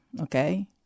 okay